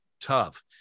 tough